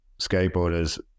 skateboarders